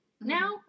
now